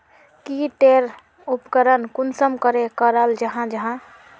की टेर उपकरण कुंसम करे कराल जाहा जाहा?